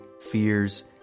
fears